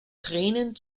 tränen